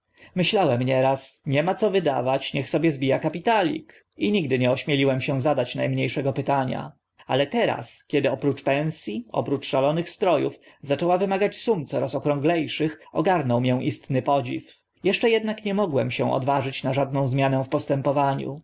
myślałem nieraz nie ma na co wydawać niech sobie zbija kapitalik i nigdy nie ośmieliłem się zadać na mnie szego pytania ale teraz kiedy oprócz pens i oprócz szalonych stro ów zaczęła wymagać sum coraz okrągle szych ogarnął mię istotny podziw jeszcze ednak nie mogłem się odważyć na żadną zmianę w postępowaniu